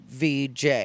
VJ